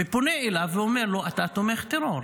ופונה אליו ואומר לו: אתה תומך טרור.